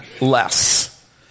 less